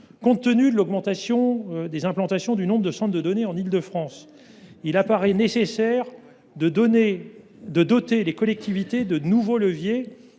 Compte tenu de l’augmentation du nombre d’implantations de centres de données en Île de France, il apparaît nécessaire de doter les collectivités de nouveaux leviers